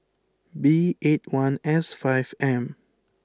B eight one S five M